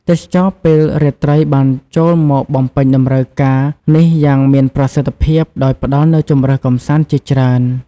ទេសចរណ៍ពេលរាត្រីបានចូលមកបំពេញតម្រូវការនេះយ៉ាងមានប្រសិទ្ធភាព ដោយផ្ដល់នូវជម្រើសកម្សាន្តជាច្រើន។